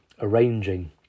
arranging